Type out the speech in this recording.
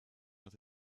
with